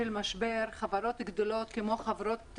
לחזור אחורה.